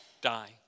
die